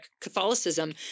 Catholicism